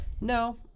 No